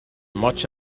much